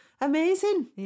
Amazing